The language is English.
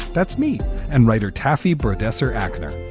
that's me and writer taffy burdette's or actor.